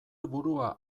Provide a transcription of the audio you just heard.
burua